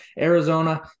Arizona